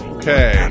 okay